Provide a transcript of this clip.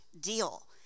deal